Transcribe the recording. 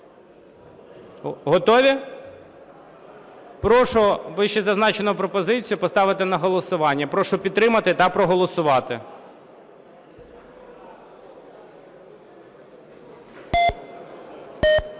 Готові? Прошу вищезазначену пропозицію поставити на голосування. Прошу підтримати та проголосувати.